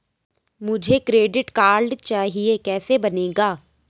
मुझे credit card चाहिए कैसे बनेगा?